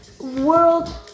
world